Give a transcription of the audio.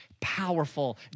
powerful